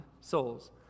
souls